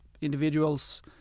individuals